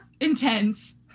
intense